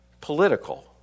political